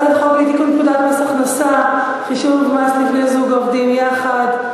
על הצעת חוק לתיקון פקודת מס הכנסה (חישוב מס לבני-זוג העובדים יחד),